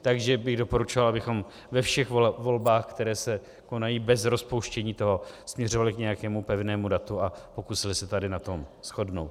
Takže bych doporučoval, abychom ve všech volbách, které se konají bez rozpouštění, to směřovali k nějakému pevnému datu a pokusili se tady na tom shodnout.